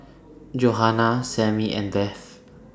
Johana Sammy and Beth